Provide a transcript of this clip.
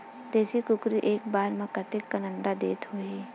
देशी कुकरी एक बार म कतेकन अंडा देत होही?